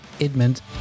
Edmund